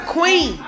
Queen